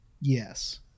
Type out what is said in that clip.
Yes